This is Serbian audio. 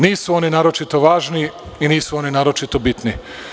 Nisu oni naročito važni i nisu oni naročito bitni.